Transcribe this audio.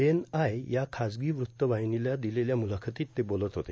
ANI या खासगी वृत्तवाहिनीला दिलेल्या मुलाखतीत ते बोलत होते